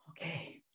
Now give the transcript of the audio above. Okay